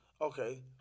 okay